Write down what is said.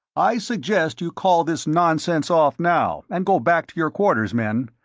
i suggest you call this nonsense off now, and go back to your quarters, men.